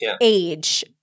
age